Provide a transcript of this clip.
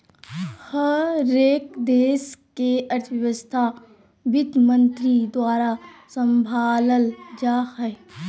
हरेक देश के अर्थव्यवस्था वित्तमन्त्री द्वारा सम्भालल जा हय